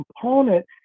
component